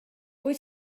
wyt